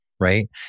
Right